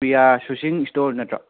ꯄ꯭ꯔꯤꯌꯥ ꯁꯨꯁꯤꯡ ꯁ꯭ꯇꯣꯔ ꯅꯠꯇ꯭ꯔꯣ